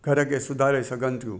घर खे सुधारे सघनि थियूं